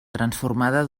transformada